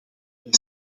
wij